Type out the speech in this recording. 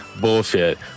Bullshit